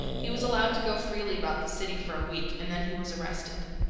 he was allowed to go freely about the city for a week, and then he was arrested.